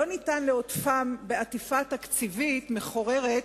לא ניתן לעוטפם בעטיפה "תקציבית" מחוררת,